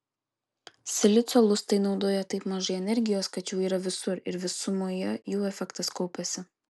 silicio lustai naudoja taip mažai energijos kad jų yra visur ir visumoje jų efektas kaupiasi